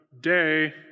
day